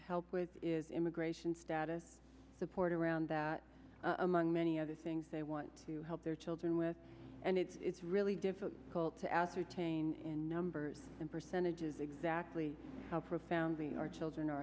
to help with is immigration status support around that among many other things they want to help their children with and it's really difficult to ascertain in numbers and percentages exactly how profoundly our children are